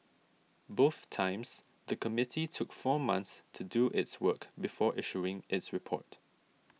both times the committee took four months to do its work before issuing its report